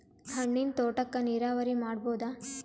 ಹಣ್ಣಿನ್ ತೋಟಕ್ಕ ನೀರಾವರಿ ಮಾಡಬೋದ?